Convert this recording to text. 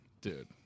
dude